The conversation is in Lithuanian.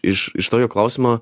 iš iš tokio klausimo